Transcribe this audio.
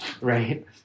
right